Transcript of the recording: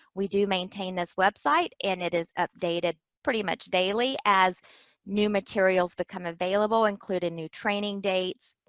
we do maintain this website, and it is updated pretty much daily as new materials become available, including new training dates,